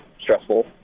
stressful